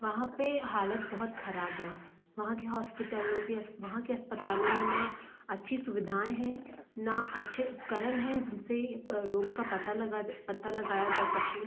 वहाँ पे हालत बहुत खराब है वहाँ के हॉस्पिटलों के वहाँ के अस्पतालों में ना अच्छी सुविधाऍं हैं ना अच्छे उपकरण हैं जिनसे रोग का पता लगा पता लगाया जा सके